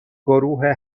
گروه